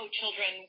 children